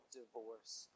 divorce